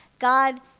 God